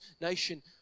nation